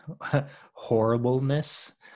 horribleness